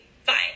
fine